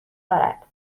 دارد